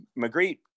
Magritte